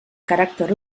caràcter